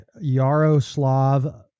Yaroslav